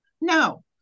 No